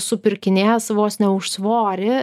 supirkinės vos ne už svorį